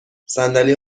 صندلی